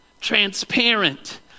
transparent